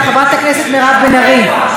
חברת הכנסת מירב בן ארי,